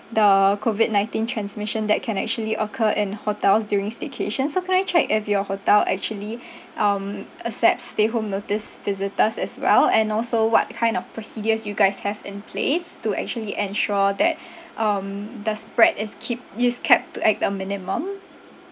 the COVID nineteen transmission that can actually occur in hotels during staycation so can I check if your hotel actually um accepts stay home notice visitors as well and also what kind of procedures you guys have in place to actually ensure that um the spread is keep is kept at a minimum